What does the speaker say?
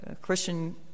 Christian